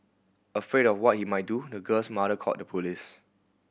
afraid of what he might do the girl's mother called the police